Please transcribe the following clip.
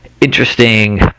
interesting